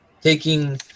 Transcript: taking